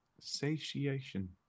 satiation